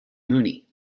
mooney